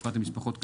בפרט למשפחות כאלה.